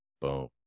Boom